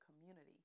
community